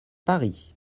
paris